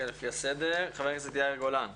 לפי הסדר, חבר הכנסת יאיר גולן.